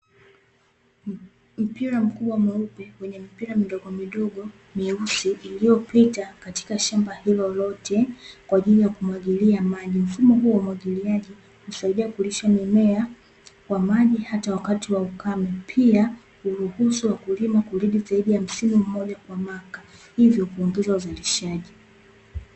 Mpira mkubwa mweupe wenye mipira midogo midogo meusi, iliyopita katika shamba hilo lote, kwa ajili ya kumwagilia maji. Mfumo huo wa umwagiliaji unasaidia kulisha mimea kwa maji hata wakati wa ukame. Pia huruhusu wakulima kulima zaidi ya msimu mmoja kwa mwaka, hivyo kuongeza uzalishaji.